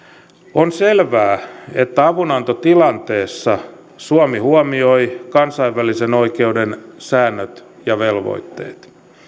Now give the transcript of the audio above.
on selvää että avunantotilanteessa suomi huomioi kansainvälisen oikeuden säännöt ja velvoitteet